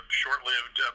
short-lived